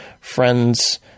friends